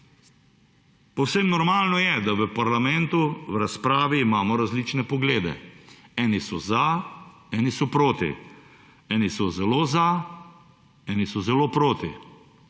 Povsem normalno je, da v parlamentu, v razpravi imamo različne poglede. Eni so za, eni so proti, eni so zelo za, eni so zelo proti.